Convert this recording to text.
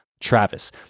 Travis